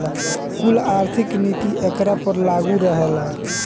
कुल आर्थिक नीति एकरा पर लागू रहेला